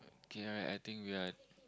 K alright I think we're